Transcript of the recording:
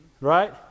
right